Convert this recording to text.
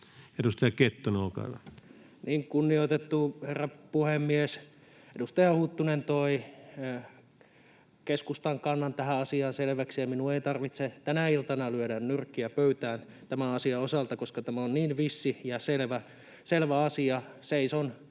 Edustaja Kettunen, olkaa hyvä. Kunnioitettu herra puhemies! Edustaja Huttunen toi keskustan kannan tähän asiaan selväksi. Minun ei tarvitse tänä iltana lyödä nyrkkiä pöytään tämän asian osalta, koska tämä on niin vissi ja selvä asia. Seison